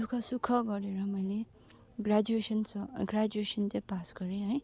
दु ख सुख गरेर मैले ग्र्याजुएसन सम् ग्र्याजुएसन चाहिँ पास गरेँ है